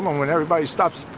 um um when everybody stops.